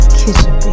kitchen